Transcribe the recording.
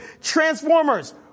Transformers